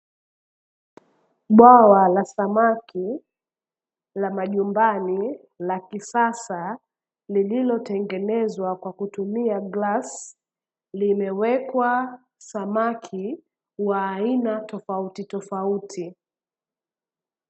Bwawa la samaki la majumbani la kisasa, lililotengenezwa kwa kutumia glasi, limewekwa samaki wa aina tofautitofauti.